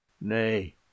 nay